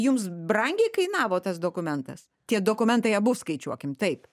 jums brangiai kainavo tas dokumentas tie dokumentai abu skaičiuokim taip